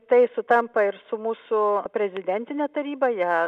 tai sutampa ir su mūsų prezidentine taryba ją